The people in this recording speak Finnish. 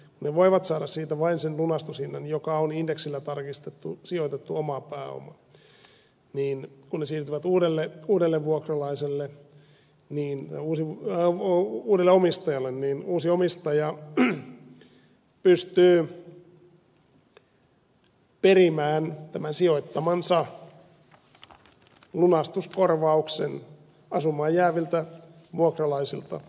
ne voivat saada siitä vain sen lunastushinnan joka on indeksillä tarkistettu sijoitettu oma pääoma ja kun ne siirtyvät uudelle omistajalle niin uusi omistaja pystyy perimään tämän sijoittamansa lunastuskorvauksen asumaan jääviltä vuokralaisilta vuokrissa